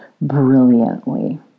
Brilliantly